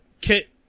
Kit